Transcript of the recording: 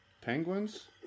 Penguins